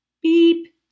Beep